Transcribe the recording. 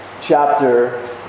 chapter